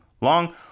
long